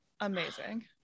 Amazing